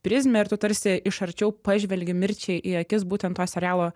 prizmę ir tu tarsi iš arčiau pažvelgi mirčiai į akis būtent to serialo